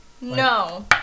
No